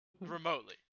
remotely